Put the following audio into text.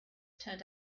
turned